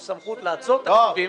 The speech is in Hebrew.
כולנו ניבחר בעזרת השם.